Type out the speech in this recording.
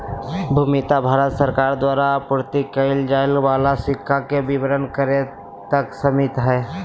भूमिका भारत सरकार द्वारा आपूर्ति कइल जाय वाला सिक्का के वितरण करे तक सिमित हइ